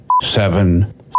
Seven